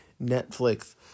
Netflix